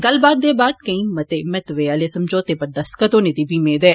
गल्लबात दे बाद केईं मते महत्वै आले समझौते पर दस्तखत होने दी मेद ऐ